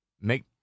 make